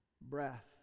breath